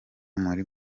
muri